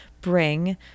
bring